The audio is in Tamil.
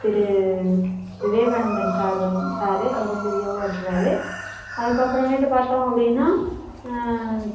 திரு விவேகானந்தன் சார் வந் சாரு அவர் வந்து விவோவாக இருக்கிறாரு அதுக்கப்புறமேட்டு பார்த்தோம் அப்படின்னா